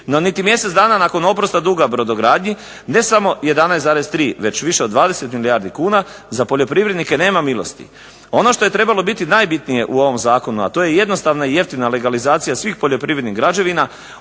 No, niti mjesec dana nakon oprosta duga brodogradnji ne samo 11,3 već više od 20 milijardi kuna za poljoprivrednike nema milosti. Ono što je trebalo biti najbitnije u ovom zakonu, a to je jednostavna i jeftina legalizacija svih poljoprivrednih građevina